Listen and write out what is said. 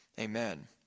Amen